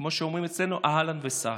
כמו שאומרים אצלנו, אהלן וסהלן.